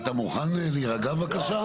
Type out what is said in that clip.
אתה מוכן להירגע בבקשה?